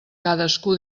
cadascú